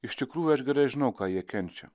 iš tikrųjų aš gerai žinau ką jie kenčia